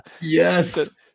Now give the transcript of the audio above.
Yes